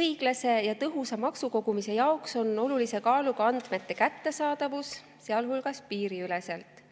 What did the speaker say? Õiglase ja tõhusa maksukogumise jaoks on olulise kaaluga andmete kättesaadavus, sealhulgas piiriüleselt.